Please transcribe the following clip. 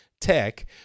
tech